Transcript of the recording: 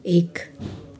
एक